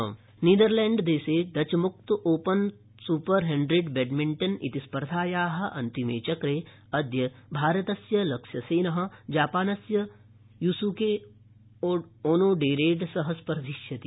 badminton नीदरलैण्डे Dutch मुक्त open super hundred badminton इति स्पर्धायाः अन्तिमे चक्रे अद्य भारतस्य लक्ष्यसेनः जापानस्य युस्के ओनोडेरेण सह स्पर्धिष्यति